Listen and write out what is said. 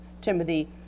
Timothy